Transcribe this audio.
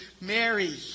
Mary